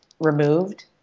removed